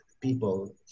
people